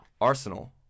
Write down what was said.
Arsenal